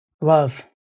love